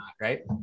right